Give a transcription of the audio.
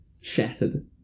shattered